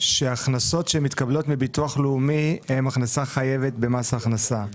שההכנסות שמתקבלות מביטוח לאומי הם הכנסה חייבת במס הכנסה כי